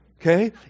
okay